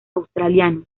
australianos